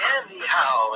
anyhow